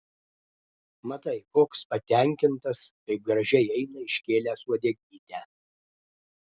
matai koks patenkintas kaip gražiai eina iškėlęs uodegytę